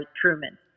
Truman